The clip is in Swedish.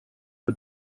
för